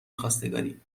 خواستگاری